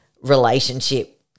relationship